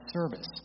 service